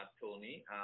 Tony